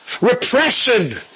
Repression